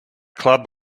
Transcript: club